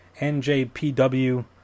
NJPW